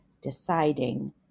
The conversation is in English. deciding